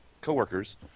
coworkers